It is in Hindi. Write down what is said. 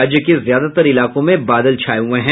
राज्य के ज्यादातर इलाकों में बादल छाये हुये हैं